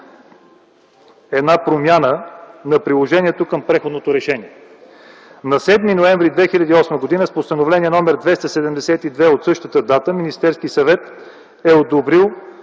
една промяна на приложението към предходното решение. На 7 ноември 2008 г. с Постановление № 272 от същата дата Министерският съвет е одобрил